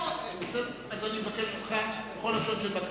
אני לא רוצה.